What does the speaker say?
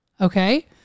Okay